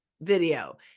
video